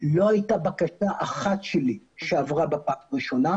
שהמחקר יעשה נכון.